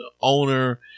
owner